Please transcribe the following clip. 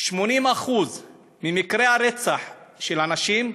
80% ממקרי הרצח של נשים,